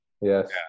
Yes